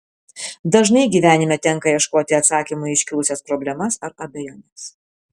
dažnai gyvenime tenka ieškoti atsakymų į iškilusias problemas ar abejones